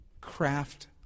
craft